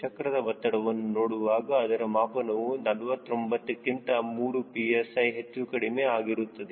ಚಕ್ರದ ಒತ್ತಡವನ್ನು ನೋಡುವಾಗ ಅದರ ಮಾಪನವು 49 ಗಿಂತ 3 psi ಹೆಚ್ಚು ಕಡಿಮೆ ಆಗಿರುತ್ತದೆ